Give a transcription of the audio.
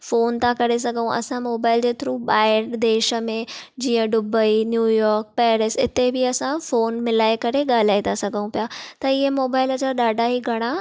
phone था करे सघूं असां मोबाइल जे थ्रू ॿाहिरि देश में जीअं डुबई न्यू यॉर्क पेरिस इते बि असां फोन मिलाए करे ॻाल्हाए था सघूं पिया त इहे मोबाइल जा ॾाढा ई घणा